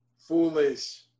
Foolish